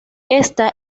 ésta